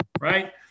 right